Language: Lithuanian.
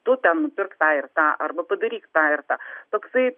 tu ten nupirk tą ir arba padaryk tą ir tą toksai